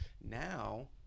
Now